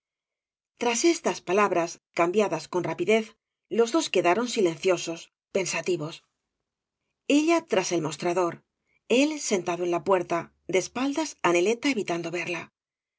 tras estas palabras cambiadas con rapidez los dos quedaron silenciosos pensativos ella tra f mostrador él sentado en la puerta de espaldas á neleta evitando verla